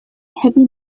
heavy